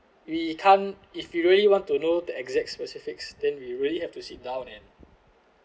we can't if you really want to know the exact specifics then we really have to sit down and